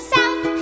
South